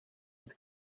had